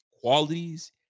qualities